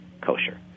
kosher